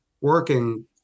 working